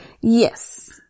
yes